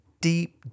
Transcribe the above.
deep